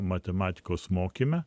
matematikos mokyme